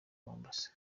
mombasa